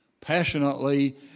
passionately